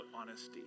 honesty